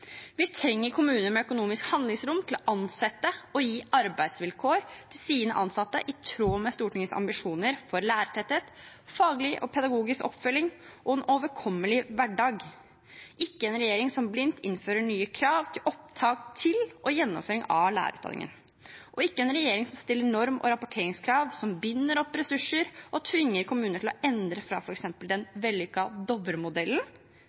Vi trenger kommuner med økonomisk handlingsrom til å ansette og å gi arbeidsvilkår til sine ansatte i tråd med Stortingets ambisjoner for lærertetthet, faglig og pedagogisk oppfølging og en overkommelig hverdag – ikke en regjering som blindt innfører nye krav til opptak til og gjennomføring av lærerutdanningen, og ikke en regjering som stiller norm- og rapporteringskrav som binder opp ressurser og tvinger kommuner til å endre fra f.eks. den